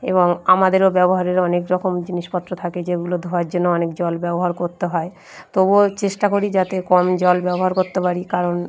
এবং আমাদেরও ব্যবহারের অনেক রকম জিনিসপত্র থাকে যেগুলো ধোয়ার জন্য অনেক জল ব্যবহার করতে হয় তবুও চেষ্টা করি যাতে কম জল ব্যবহার করতে পারি কারণ